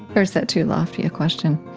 or is that too lofty a question?